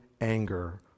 anger